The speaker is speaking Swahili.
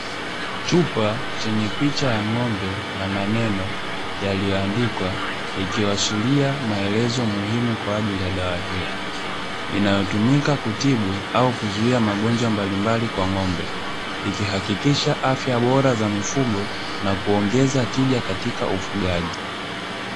Chupa chenye picha ya ng’ombe na maneno yaliyoandikwa, yakiashiria maelezo muhimu kwa ajili ya dawa hiyo, inayotumika kutibu au kuzuia magonjwa mbalimbali kwa ng’ombe, ikihakikisha afya bora kwa mifugo na kuongeza tija katika ufugaji.